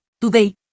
Today